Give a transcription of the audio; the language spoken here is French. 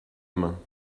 main